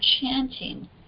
chanting